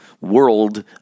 world